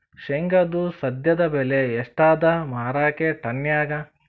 ಶೇಂಗಾದು ಸದ್ಯದಬೆಲೆ ಎಷ್ಟಾದಾ ಮಾರಕೆಟನ್ಯಾಗ?